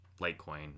Litecoin